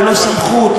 ללא סמכות,